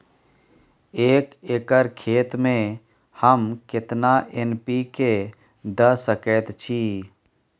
एक एकर खेत में हम केतना एन.पी.के द सकेत छी?